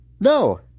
No